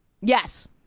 yes